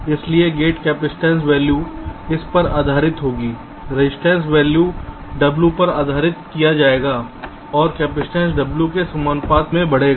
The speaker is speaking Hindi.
इसलिए गेट कैपेसिटेंस वैल्यू इस पर आधारित होगी रजिस्टेंस वैल्यू W द्वारा विभाजित किया जाएगा और कैपेसिटेंस W के आनुपातिक में बढ़ेगा